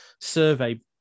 survey